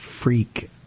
freak